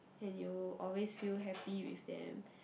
and you'll always feel happy with them